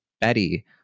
Betty